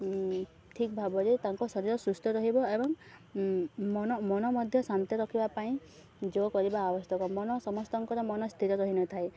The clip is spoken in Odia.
ଠିକ୍ ଭାବରେ ତାଙ୍କ ଶରୀର ସୁସ୍ଥ ରହିବ ଏବଂ ମନ ମନ ମଧ୍ୟ ଶାନ୍ତି ରଖିବା ପାଇଁ ଯୋଗ କରିବା ଆବଶ୍ୟକ ମନ ସମସ୍ତଙ୍କର ମନ ସ୍ଥିର ରହିନଥାଏ